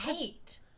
eight